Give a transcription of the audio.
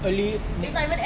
earlier hmm